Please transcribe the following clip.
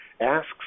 asks